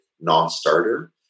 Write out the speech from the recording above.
non-starter